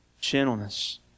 Gentleness